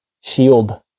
shield